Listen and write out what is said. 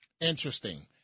Interesting